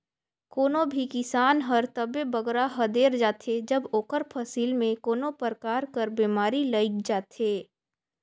कोनो भी किसान हर तबे बगरा हदेर जाथे जब ओकर फसिल में कोनो परकार कर बेमारी लइग जाथे